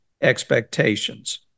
expectations